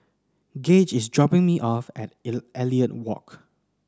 Gauge is dropping me off at Elliot and Walk